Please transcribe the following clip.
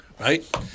right